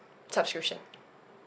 subscription